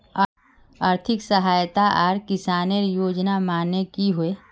आर्थिक सहायता आर किसानेर योजना माने की होय?